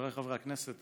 חבריי חברי הכנסת,